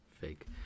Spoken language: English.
fake